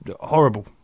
horrible